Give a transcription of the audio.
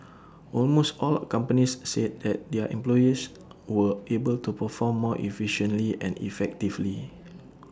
almost all companies said that their employees were able to perform more efficiently and effectively